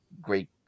great